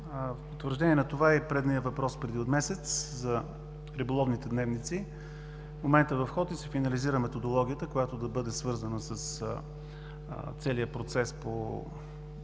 Потвърждение на това е и предният въпрос отпреди месец за риболовните дневници. В момента е в ход и се финализира методологията, която да бъде свързана с целия процес по отпадането